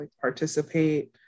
participate